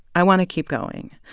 i want to keep going.